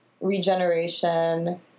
regeneration